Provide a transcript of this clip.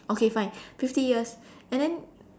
okay fine fifty years and then